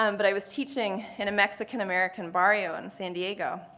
um but i was teaching in a mexican-american barrio in san diego,